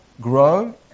grow